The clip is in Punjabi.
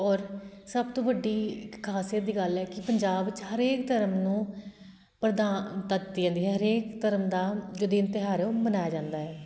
ਔਰ ਸਭ ਤੋਂ ਵੱਡੀ ਇੱਕ ਖਾਸੀਅਤ ਦੀ ਗੱਲ ਹੈ ਕਿ ਪੰਜਾਬ 'ਚ ਹਰੇਕ ਧਰਮ ਨੂੰ ਪ੍ਰਧਾਨਤਾ ਦਿੱਤੀ ਜਾਂਦੀ ਹੈ ਹਰੇਕ ਧਰਮ ਦਾ ਜੋ ਦਿਨ ਤਿਉਹਾਰ ਹੈ ਉਹ ਮਨਾਇਆ ਜਾਂਦਾ ਹੈ